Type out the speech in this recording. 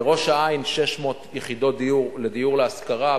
בראש-העין 600 יחידות דיור להשכרה,